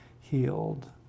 healed